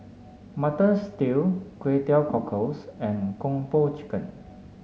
Mutton Stew Kway Teow Cockles and Kung Po Chicken